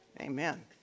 Amen